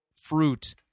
fruit